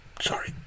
Sorry